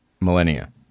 millennia